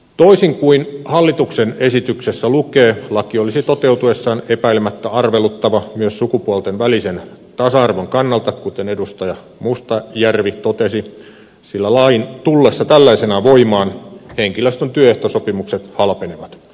toisin kuin hallituksen esityksessä lukee laki olisi toteutuessaan epäilemättä arveluttava myös sukupuolten välisen tasa arvon kannalta kuten edustaja mustajärvi totesi sillä lain tullessa tällaisenaan voimaan henkilöstön työehtosopimukset halpenevat